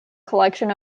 collection